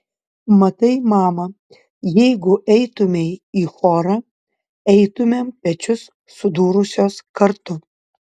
matai mama jeigu eitumei į chorą eitumėm pečius sudūrusios kartu